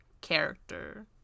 character